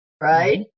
Right